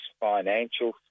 financial